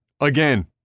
Again